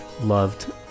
loved